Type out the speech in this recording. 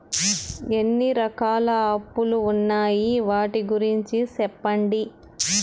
ఎన్ని రకాల అప్పులు ఉన్నాయి? వాటి గురించి సెప్పండి?